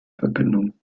verbindung